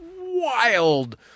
wild